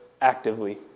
actively